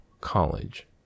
college